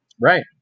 Right